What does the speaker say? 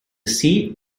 seat